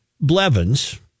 Blevins